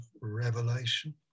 revelation